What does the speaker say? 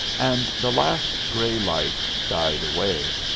and the last gray light died away.